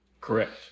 Correct